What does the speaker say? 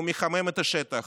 הוא מחמם את השטח,